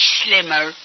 slimmer